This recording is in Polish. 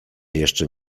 jeszcze